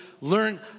learn